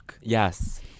Yes